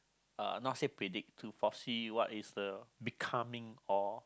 uh not say predict to foresee what is the becoming or